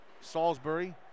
Salisbury